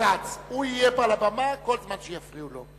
הוא יהיה פה על הבמה כל זמן שיפריעו לו,